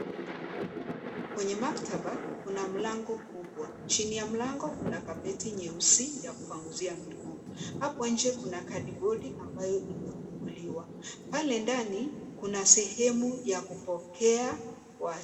Kwenye maktaba kuna mlango kubwa. Chini ya mlango kuna kapeti nyeusi ya kupanguzia miguu. Hapo nje kuna kadibodi ambayo imefunguliwa. Pale ndani kuna sehemu ya kupokea watu.